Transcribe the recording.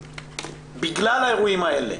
בגלל האירועים האלה.